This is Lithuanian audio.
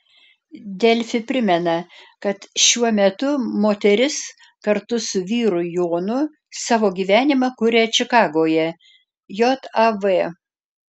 delfi primena kad šiuo metu moteris kartu su vyru jonu savo gyvenimą kuria čikagoje jav